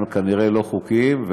לא חוקיים,